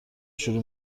شروع